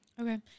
Okay